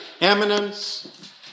Eminence